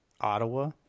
Ottawa